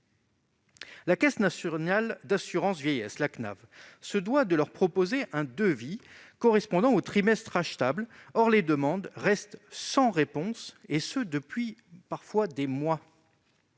La Caisse nationale d'assurance vieillesse (CNAV) se doit de leur proposer un devis correspondant aux trimestres rachetables. Or les demandes restent sans réponse- dans certains cas, depuis des mois.